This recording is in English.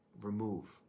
remove